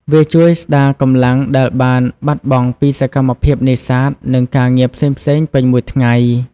វាជួយស្តារកម្លាំងដែលបានបាត់បង់ពីសកម្មភាពនេសាទនិងការងារផ្សេងៗពេញមួយថ្ងៃ។